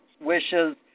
wishes